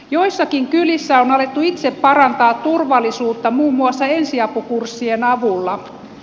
joissakin kylissä on alettu itse parantaa turvallisuutta muun muassa ensiapukurssien avulla